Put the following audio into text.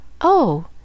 Oh